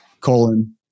Colon